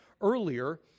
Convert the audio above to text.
earlier